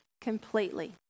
completely